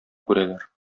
күрәләр